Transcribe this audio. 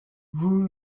vous